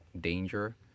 danger